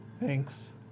Thanks